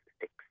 six